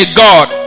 god